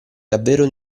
davvero